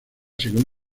según